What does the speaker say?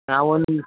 ನಾವೊಂದು